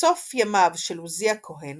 בסוף ימיו של עזי הכהן